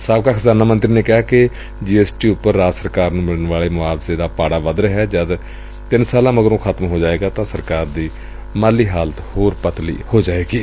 ਸਾਬਕਾ ਖਜ਼ਾਨਾ ਮੰਤਰੀ ਨੇ ਕਿਹਾ ਕਿ ਜੀ ਐਸ ਟੀ ਉਪਰ ਰਾਜ ਸਰਕਾਰ ਨੂੰ ਮਿਲਣ ਵਾਲੇ ਮੁਆਵਜ਼ੇ ਦਾ ਪਾਤਾ ਵਧ ਰਿਹੈ ਅਤੇ ਜਦ ਤਿੰਨ ਸਾਲ ਮਗਰੋਂ ਇਹ ਖ਼ਤਮ ਹੋ ਜਾਏਗਾ ਤਾਂ ਰਾਜ ਸਰਕਾਰ ਦੀ ਮਾਲੀ ਹਾਲਤ ਹੋਰ ਪਤਲੀ ਹੋ ਜਾਵੇਗੀ